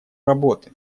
работы